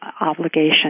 obligation